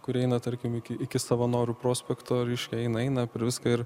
kuri eina tarkim iki iki savanorių prospekto reiškia jinai eina per viską ir